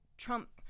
Trump